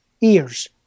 ears